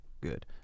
good